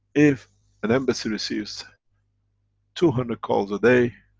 if an embassy receives two hundred calls a day,